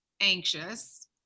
anxious